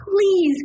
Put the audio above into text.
please